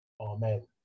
Amen